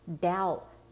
doubt